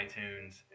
iTunes